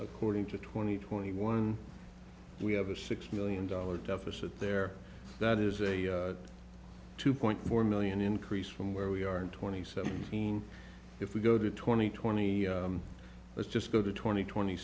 according to twenty twenty one we have a six million dollar deficit there that is a two point four million increase from where we are in twenty seventeen if we go to twenty twenty let's just go to twenty twenty